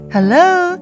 Hello